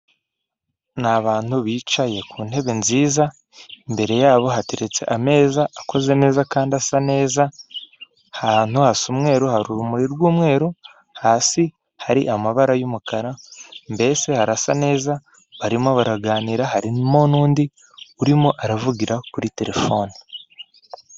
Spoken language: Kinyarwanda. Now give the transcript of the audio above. Ni abantu bicaye ku ntebe nziza, imbere yabo hateretse ameza akoze neza kandi asa neza. Aha hantu hasa umweru hari urumuri rw'umweru, hasi hari amabara y'umukara mbese harasa neza. Barimo baraganira harimo n'undi urimo aravugira kuri terefone.